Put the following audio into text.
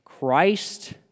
Christ